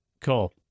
Cool